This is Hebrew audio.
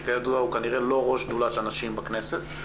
שכידוע הוא כנראה לא ראש שדולת הנשים בכנסת,